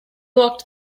locked